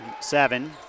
Seven